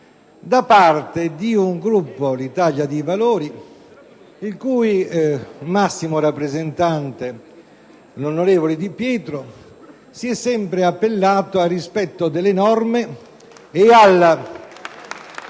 da parte di un Gruppo, Italia dei Valori, il cui massimo rappresentante, l'onorevole Di Pietro, si è sempre appellato al rispetto delle norme e